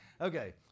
Okay